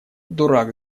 дурак